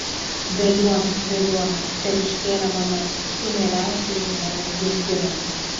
veliuona veliuona tėviškėle mana tu mieliausioji mano gimtine